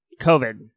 COVID